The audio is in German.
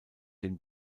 den